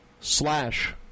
Slash